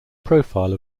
profile